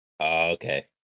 Okay